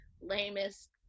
lamest